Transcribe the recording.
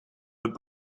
but